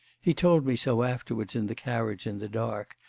he told me so afterwards in the carriage in the dark,